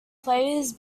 players